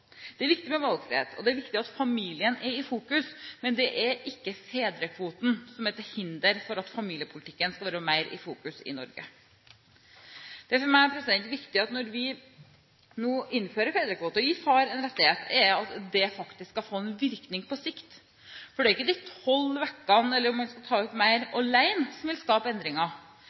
Det er viktig med valgfrihet, og det er viktig at familien er i fokus – men det er ikke fedrekvoten som er til hinder for at familiepolitikken skal være mer i fokus i Norge. Det er viktig for meg at når vi nå innfører fedrekvote og gir far en rettighet, skal det faktisk få en virkning på sikt. For det er ikke de tolv ukene, eller om man skal ta ut mer, som alene vil skape endringer